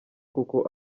kuko